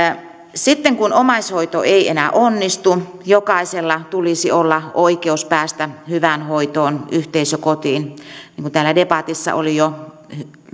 sitten kun omaishoito ei enää onnistu jokaisella tulisi olla oikeus päästä hyvään hoitoon yhteisökotiin niin kuin täällä debatissa oli jo